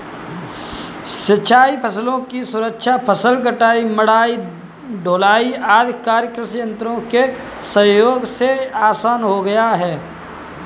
सिंचाई फसलों की सुरक्षा, फसल कटाई, मढ़ाई, ढुलाई आदि कार्य कृषि यन्त्रों के सहयोग से आसान हो गया है